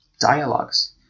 dialogues